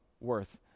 worth